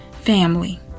family